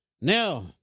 now